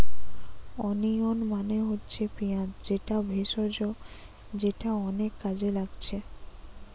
onion মানে হচ্ছে পিঁয়াজ যেটা ভেষজ যেটা অনেক কাজে লাগছে